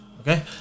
Okay